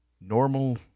normal